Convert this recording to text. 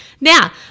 Now